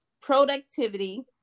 productivity